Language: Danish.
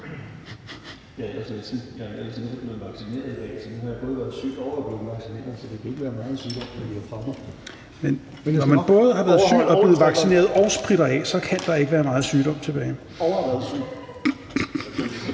både har været syg, er blevet vaccineret og